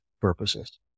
purposes